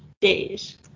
days